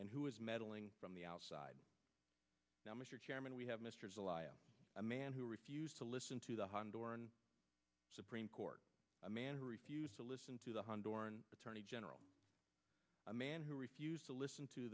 and who is meddling from the outside now mr chairman we have a man who refused to listen to the honduran supreme court a man who refused to listen to the honduran attorney general a man who refused to listen to